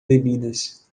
bebidas